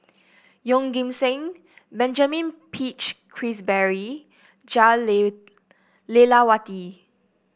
Yeoh Ghim Seng Benjamin Peach Keasberry Jah Lelawati